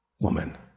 woman